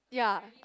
ya